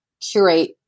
curate